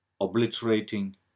obliterating